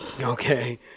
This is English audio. okay